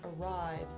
arrive